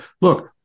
look